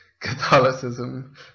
Catholicism